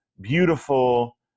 beautiful